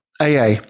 AA